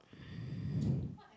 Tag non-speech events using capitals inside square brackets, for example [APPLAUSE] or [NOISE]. [BREATH]